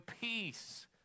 peace